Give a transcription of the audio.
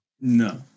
No